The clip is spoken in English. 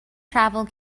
travel